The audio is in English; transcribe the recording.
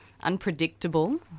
unpredictable